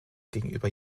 gegenüber